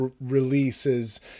releases